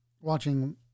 watching